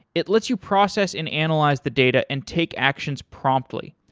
it lets you process and analyze the data and take actions promptly.